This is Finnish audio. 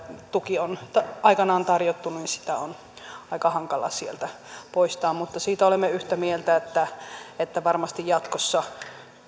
tuki on aikanaan tarjottu sitä on aika hankala sieltä poistaa siitä olemme yhtä mieltä että että varmasti jatkossa